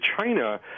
China